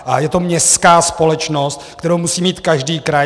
A je to městská společnost, kterou musí mít každý kraj.